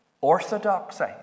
Orthodoxy